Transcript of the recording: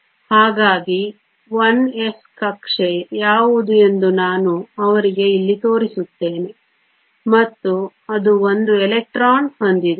ಹಾಗಾಗಿ 1s ಕಕ್ಷೆ ಯಾವುದು ಎಂದು ನಾನು ಅವರಿಗೆ ಇಲ್ಲಿ ತೋರಿಸುತ್ತೇನೆ ಮತ್ತು ಅದು 1 ಎಲೆಕ್ಟ್ರಾನ್ ಹೊಂದಿದೆ